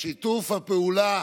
שיתוף הפעולה